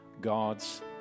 God's